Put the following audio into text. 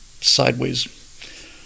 sideways